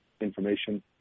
information